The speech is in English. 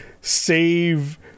save